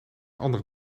andere